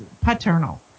paternal